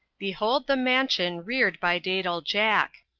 behold the mansion reared by daedal jack.